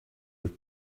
with